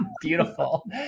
Beautiful